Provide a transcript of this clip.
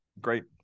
great